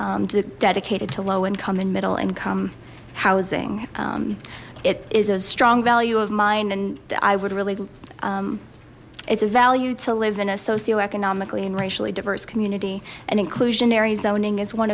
units dedicated to low income and middle income housing it is a strong value of mine and i would really it's a value to live in a socioeconomically in racially diverse community and inclusionary zoning is one